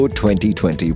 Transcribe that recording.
2020